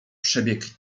przebiegł